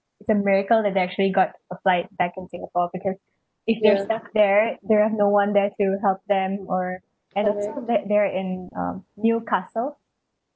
it's a miracle that they actually got a flight back in singapore because if they're stuck there they have no one there to help them or help that they're in um newcastle